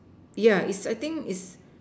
yeah is I think is